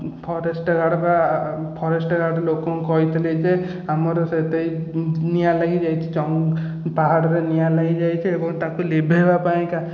forest guard ବା forest guard ଲୋକଙ୍କୁ କହିଥିଲି ଯେ ଆମର ସେଟେଇଁ ନିଆଁ ଲାଗିଯାଇଛି ପାହାଡ଼ରେ ନିଆଁ ଲାଗିଯାଇଛି ଏବଂ ତାକୁ ଲିଭାଇବାପାଇଁ କା